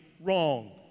wrong